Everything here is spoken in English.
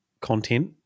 content